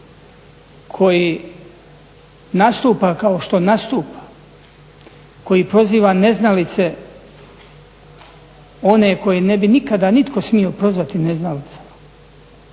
koji nastupa kao što nastupa, koji proziva neznalice, one koje ne bi nikada nitko smio prozvati neznalicama.